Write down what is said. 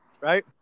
right